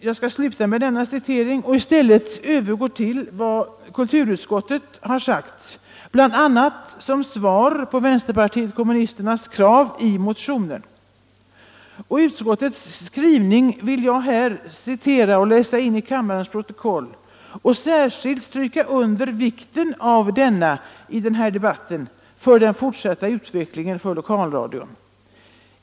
Jag slutar citerandet här och övergår i stället till vad utskottet har sagt, bl.a. som svar på vänsterpartiet kommunisternas krav i motionen. Utskottets skrivning vill jag här läsa in i kammarens protokoll och understryka vikten därav för den fortsatta utvecklingen för lokalradion.